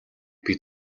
бид